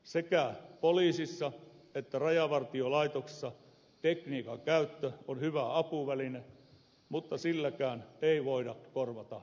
sekä poliisissa että rajavartiolaitoksessa tekniikan käyttö on hyvä apuväline mutta silläkään ei voida korvata ihmistyötä